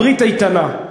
הברית איתנה.